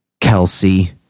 Kelsey